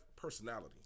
personality